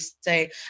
say